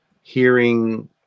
hearing